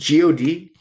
God